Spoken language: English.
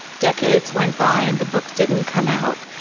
decades went by and the book didn't come out.